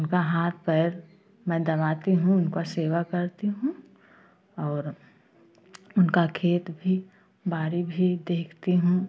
उनका हाथ पैर मैं दबाती हूँ उनका सेवा करती हूँ और उनका खेत भी बाड़ी भी देखती हूँ